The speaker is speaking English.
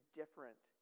different